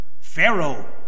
Pharaoh